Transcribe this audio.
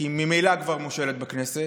כי היא ממילא כבר מושלת בכנסת,